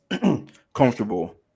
comfortable